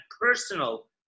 personal